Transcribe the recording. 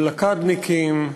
בלוקדניקים,